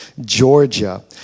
Georgia